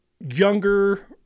Younger